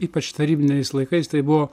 ypač tarybiniais laikais tai buvo